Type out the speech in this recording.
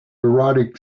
erotic